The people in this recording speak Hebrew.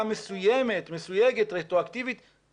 זה